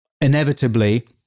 inevitably